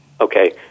Okay